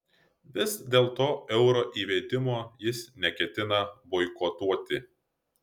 vis dėlto euro įvedimo jis neketina boikotuoti